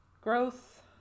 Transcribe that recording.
Growth